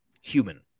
human